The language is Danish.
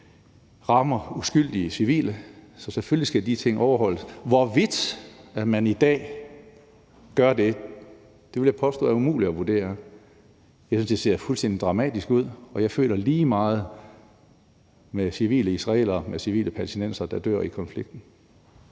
rammer uskyldige civile. Selvfølgelig skal de ting overholdes. Hvorvidt man i dag gør det, vil jeg påstå er umuligt at vurdere. Jeg synes, det ser fuldstændig dramatisk ud, og jeg føler lige meget med civile israelere og civile palæstinensere, der dør i konflikten.